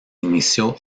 inició